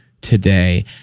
today